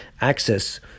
access